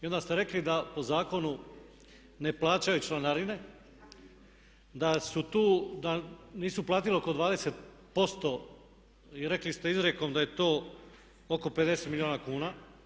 I onda ste rekli da po zakonu ne plaćaju članarine, da su tu, da nisu platili oko 20% i rekli ste izrijekom da je to oko 50 milijuna kuna.